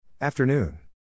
Afternoon